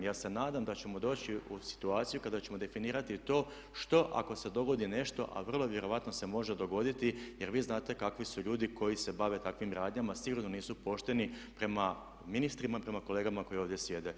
Ja se nadam da ćemo doći u situaciju kada ćemo definirati to što ako se dogodi nešto a vrlo vjerojatno se može dogoditi jer vi znate kakvi su ljudi koji se bave takvim radnjama sigurno nisu pošteni prema ministrima i prema kolegama koji ovdje sjede.